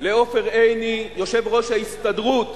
לעופר עיני, יושב-ראש ההסתדרות.